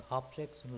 objects